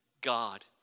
God